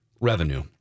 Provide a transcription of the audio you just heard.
Revenue